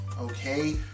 okay